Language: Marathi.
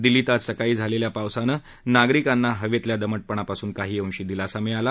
दिल्लीत आज सकाळी झालेल्या पावसाने नागरीकांना हवेतील दमटपणापासून काही अंशी दिलासा मिळाला